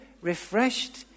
refreshed